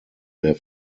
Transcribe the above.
der